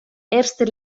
erster